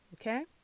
Okay